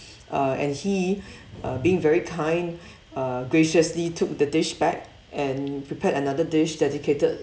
uh and he uh being very kind uh graciously took the dish back and prepared another dish dedicated